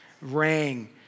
rang